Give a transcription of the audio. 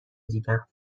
دیدم